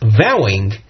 vowing